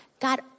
God